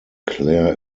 claire